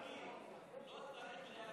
מיקי, לא צריך להגזים.